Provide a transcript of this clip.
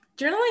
Journaling